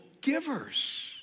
givers